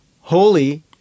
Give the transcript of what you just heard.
holy